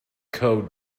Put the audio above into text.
code